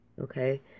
okay